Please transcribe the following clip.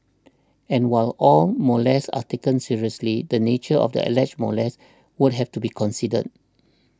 and while all molests are taken seriously the nature of the alleged molest would have to be considered